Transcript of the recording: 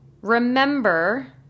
Remember